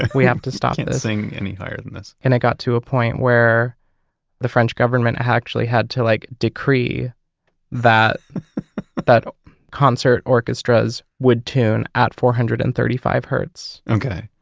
we have to stop this. can't sing any higher than this. and it got to a point where the french government actually had to like decree that that concert orchestras would tune at four hundred and thirty five hertz okay,